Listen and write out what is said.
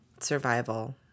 survival